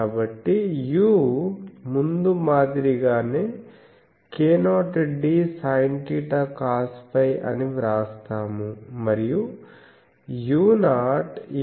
కాబట్టి u ముందు మాదిరిగానే k0 d sinθcosφ అని వ్రాస్తాము మరియు u0 αd